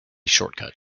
shortcut